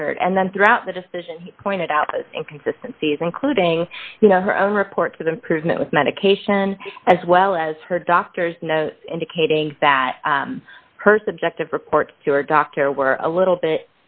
record and then throughout the decision pointed out the inconsistency is including you know her own reports of improvement with medication as well as her doctor's note indicating that her subjective report to her doctor were a little bit